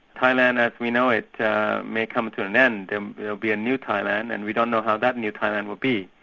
thailand as we know it may come to an end, and there'll be a new thailand and we don't know how that new thailand will be.